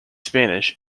spanish